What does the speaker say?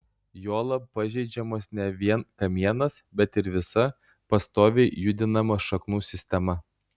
juolab pažeidžiamas ne vien kamienas bet ir visa pastoviai judinama šaknų sistema